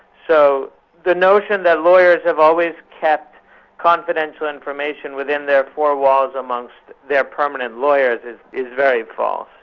so the notion that lawyers have always kept confidential information within their four walls amongst their permanent lawyers is is very false.